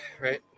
right